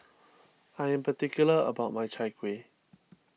I am particular about my Chai Kuih